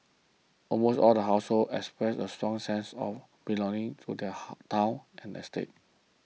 almost all households expressed a strong sense of belonging to their town and estate